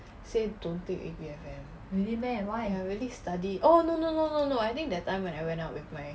say don't take A_P_F_M I really studied oh no no no no I think that time when I went out with my